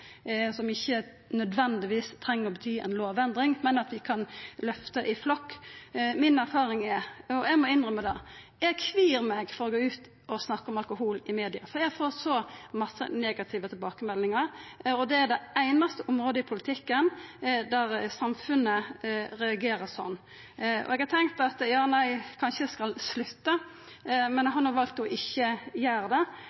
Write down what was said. som ikkje nødvendigvis treng å bety ei lovendring, men at vi kan løfta i flokk. Mi erfaring – eg må innrømma det – er at eg kvir meg for å gå ut i media og snakka om alkohol. Eg får så mange negative tilbakemeldingar, og det er det einaste området i politikken der samfunnet reagerer slik. Eg har tenkt at eg kanskje skal slutta, men eg har valt å ikkje gjera det,